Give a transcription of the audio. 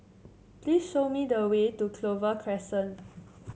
please show me the way to Clover Crescent